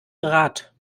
grat